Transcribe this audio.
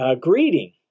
greeting